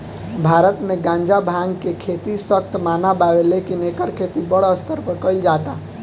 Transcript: भारत मे गांजा, भांग के खेती सख्त मना बावे लेकिन एकर खेती बड़ स्तर पर कइल जाता